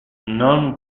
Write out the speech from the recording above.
non